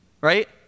right